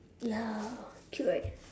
ya cute right